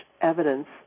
evidence